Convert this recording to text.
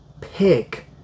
pick